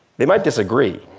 they might disagree.